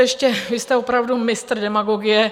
Ještě vy jste opravdu mistr demagogie.